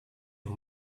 een